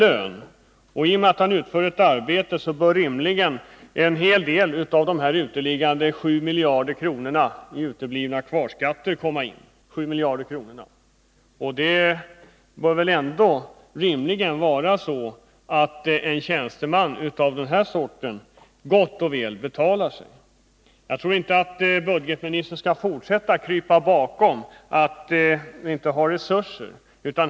I och med att han utför ett arbete bör en hel del av de uteliggande 7 miljarder kronorna i kvarskatter komma in. Det bör väl vara så att en tjänsteman av den här sorten gott och väl betalar sig? Jag tycker inte budgetministern skall fortsätta krypa bakom påståendet att vi inte har resurser.